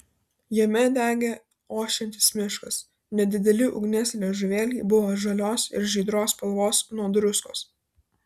jame degė ošiantis miškas nedideli ugnies liežuvėliai buvo žalios ir žydros spalvos nuo druskos